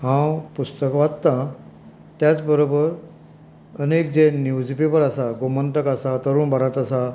हांव पुस्तक वाचतां त्याच बरोबर अनेक जे न्यूज पेपर आसा गोमंतक आसा तरूण भारत आसा